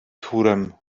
chórem